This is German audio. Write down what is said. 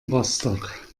rostock